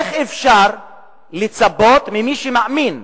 איך אפשר לצפות ממי שמאמין,